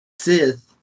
sith